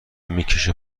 میکشه